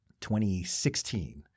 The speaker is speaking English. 2016